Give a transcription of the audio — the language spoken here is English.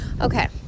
Okay